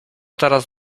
teraz